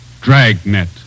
Dragnet